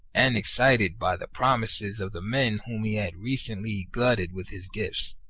and, excited by the promises of the men whom he had recently glutted with his gifts,